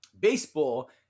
Baseball